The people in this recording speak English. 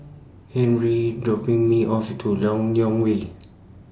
Henri dropping Me off At Lok Yang Way